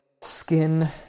skin